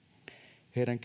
heidän